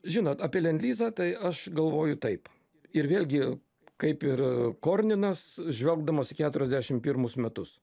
žinot apie lendlizą tai aš galvoju taip ir vėlgi kaip ir korninas žvelgdamas į keturiasdešim pirmus metus